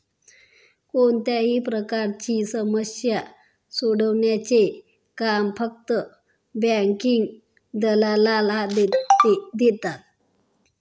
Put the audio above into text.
कोणत्याही प्रकारची समस्या सोडवण्याचे काम फक्त बँकिंग दलालाला देतात